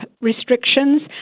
restrictions